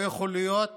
לא יכול להיות